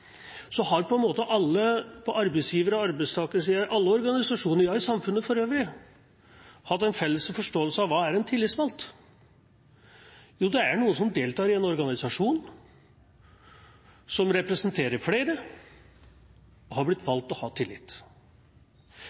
har alle på arbeidsgiver- og arbeidstakersiden – alle organisasjoner i samfunnet for øvrig – hatt en felles forståelse av hva en tillitsvalgt er. Det er noen som deltar i en organisasjon, som representerer flere, og som har blitt valgt til å ha tillit.